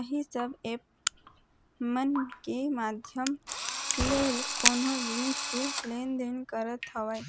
इही सब ऐप मन के माधियम ले कोनो जिनिस के लेन देन करत हवय